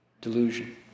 delusion